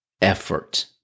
effort